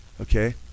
okay